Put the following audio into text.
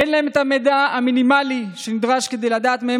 אין להם את המידע המינימלי שנדרש כדי לדעת מהן